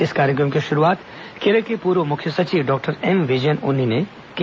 इस कार्यक्रम की शुरूआत केरल के पूर्व मुख्य सचिव डॉक्टर एम विजयन उन्नी ने किया